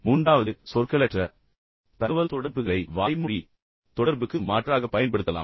மூன்றாவது கூற்று என்னவென்றால் சொற்களற்ற தகவல்தொடர்புகளை வாய்மொழி தகவல்தொடர்புக்கு மாற்றாகப் பயன்படுத்தலாம்